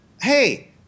hey